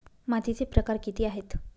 मातीचे प्रकार किती आहेत?